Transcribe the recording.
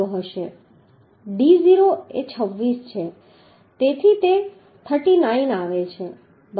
d0 એ 26 છે તેથી તે 39 આવે છે બરાબર